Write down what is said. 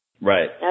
Right